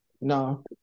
No